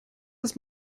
ist